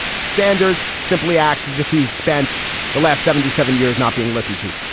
sanders simply acts as if he's spent the last seventy seven years not being listened to.